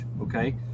okay